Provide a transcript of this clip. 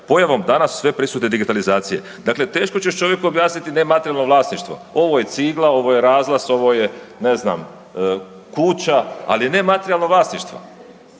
pojavom danas sveprisutne digitalizacije. Dakle teško ćeš čovjeku objasniti nematerijalno vlasništvo. Ovo je cigla, ovo je razglas, ovo je ne znam, kuća, ali nematerijalno vlasništvo.